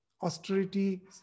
austerity